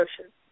Ocean